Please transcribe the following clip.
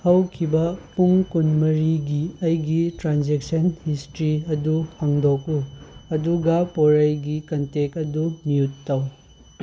ꯍꯧꯈꯤꯕ ꯄꯨꯡ ꯀꯨꯟꯃꯔꯤꯒꯤ ꯑꯩꯒꯤ ꯇ꯭ꯔꯥꯟꯖꯦꯛꯁꯟ ꯍꯤꯁꯇ꯭ꯔꯤ ꯑꯗꯨ ꯍꯪꯗꯣꯛꯎ ꯑꯗꯨꯒ ꯄꯣꯔꯩꯒꯤ ꯀꯟꯇꯦꯛ ꯑꯗꯨ ꯃ꯭ꯌꯨꯠ ꯇꯧ